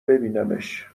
ببینمش